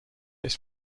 its